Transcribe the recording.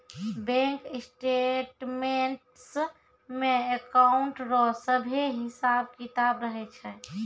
bank statements मे account रो सभे हिसाब किताब रहै छै